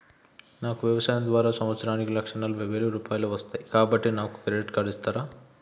నాకు వ్యవసాయం ద్వారా సంవత్సరానికి లక్ష నలభై వేల రూపాయలు వస్తయ్, కాబట్టి నాకు క్రెడిట్ కార్డ్ ఇస్తరా?